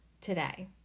today